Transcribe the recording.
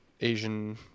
Asian